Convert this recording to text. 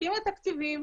זקוקים לתקציבים,